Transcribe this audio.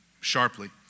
sharply